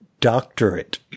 doctorate